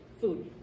food